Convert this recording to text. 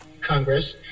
congress